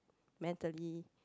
mentally